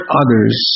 others